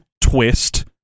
twist